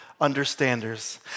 understanders